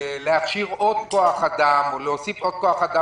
להכשיר עוד כוח אדם או להוסיף עוד כוח אדם?